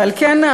ועל כן,